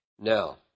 Now